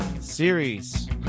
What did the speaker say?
Series